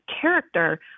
character